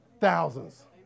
thousands